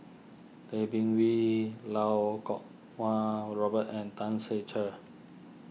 Tay Bin Wee Lau Kuo Kwong Robert and Tan Ser Cher